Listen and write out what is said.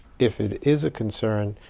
if it is a concern,